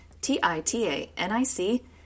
T-I-T-A-N-I-C